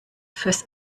fürs